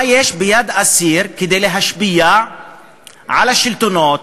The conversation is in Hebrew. מה יש ביד אסיר כדי להשפיע על השלטונות,